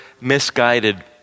misguided